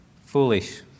foolish